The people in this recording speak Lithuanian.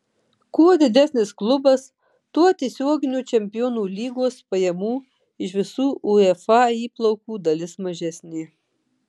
kuo didesnis klubas tuo tiesioginių čempionų lygos pajamų iš visų uefa įplaukų dalis mažesnė